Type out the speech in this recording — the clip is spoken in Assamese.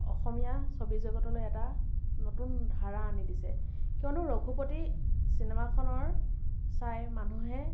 অসমীয়া ছবি জগতলৈ এটা নতুন ধাৰা আনি দিছে কিয়নো ৰঘুপতি চিনেমাখনৰ চাই মানুহে